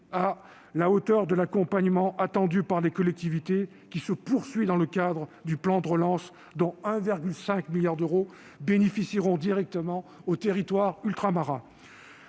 à la hauteur de l'accompagnement attendu par les collectivités, qui se poursuit dans le cadre du plan de relance, dont 1,5 milliard d'euros bénéficieront directement aux territoires ultramarins.